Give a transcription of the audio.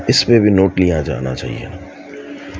اس پہ بھی نوٹ لیا جانا چاہیے